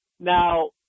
Now